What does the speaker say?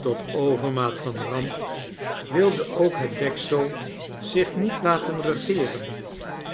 tot overmaat van ramp wilde ook het deksel zich niet laten regeeren